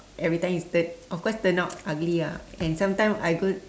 every time it turns of course turn out ugly ah and sometime I go